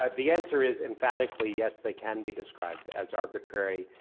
um the answer is emphatically yes they can be described as arbitrary.